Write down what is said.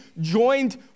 joined